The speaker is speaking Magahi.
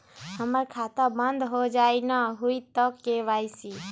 हमर खाता बंद होजाई न हुई त के.वाई.सी?